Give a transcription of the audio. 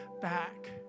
back